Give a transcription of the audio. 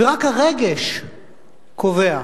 ורק הרגש קובע.